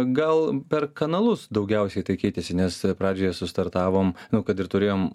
gal per kanalus daugiausiai tai keitėsi nes pradžioje sustartavom nu kad ir turėjom